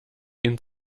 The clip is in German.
ihn